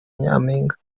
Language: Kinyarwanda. nyampinga